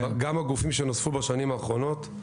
גם הגופים שנוספו בשנים האחרונות,